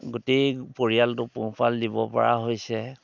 গোটেই পৰিয়ালটো পোহপাল দিব পৰা হৈছে